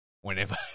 whenever